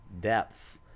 depth